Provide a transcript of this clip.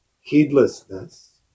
heedlessness